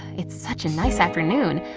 it's such a nice afternoon,